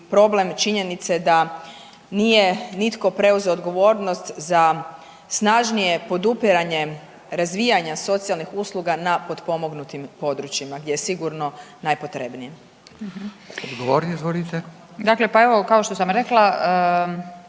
problem činjenice da nije nitko preuzeo odgovornost za snažnije podupiranje razvijanja socijalnih usluga na potpomognutim područjima gdje je sigurno najpotrebnije. **Radin, Furio (Nezavisni)** Odgovor, izvolite.